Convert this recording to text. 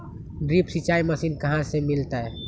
Drip सिंचाई machine कहाँ से मिलतै?